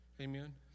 amen